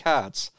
Cards